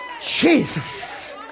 Jesus